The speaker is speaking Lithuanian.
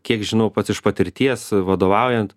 kiek žinau pats iš patirties vadovaujant